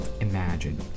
imagine